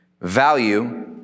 value